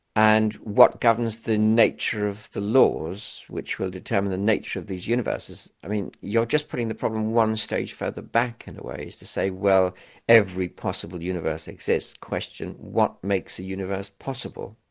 and what governs the nature of the laws, which will determine the nature of these universes? i mean you're just putting the problem one stage further back in a way, as to say well every possible universe exists question, what makes as universe possible?